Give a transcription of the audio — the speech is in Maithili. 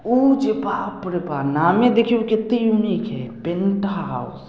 ओ जे बाप रे बा नामे देखियौ केते यूनिक छै पेंटा हाउस